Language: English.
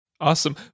Awesome